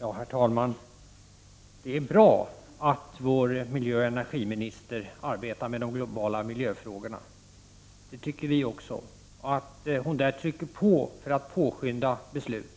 Herr talman! Även vi tycker att det är bra att vår miljöoch energiminister arbetar med de globala miljöfrågorna och att hon där trycker på för att påskynda besluten.